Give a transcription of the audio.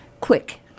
quick